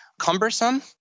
cumbersome